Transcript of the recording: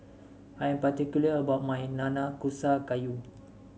I am particular about my Nanakusa Gayu